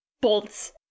bolts